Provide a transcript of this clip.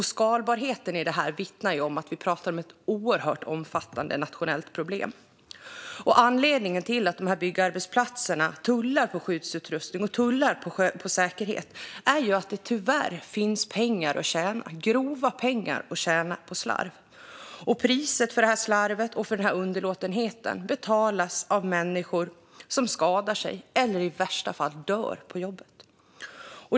Skalbarheten i detta vittnar om att det är ett oerhört omfattande nationellt problem. Anledningen till att byggarbetsplatserna tullar på skyddsutrustning och säkerhet är att det tyvärr finns grova pengar att tjäna på slarv. Priset för slarvet och underlåtenheten betalas av människor som skadar sig eller i värsta fall dör på jobbet.